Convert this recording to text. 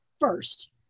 first